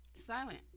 silent